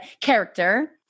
character